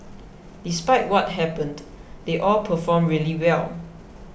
despite what happened they all performed really well